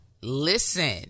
Listen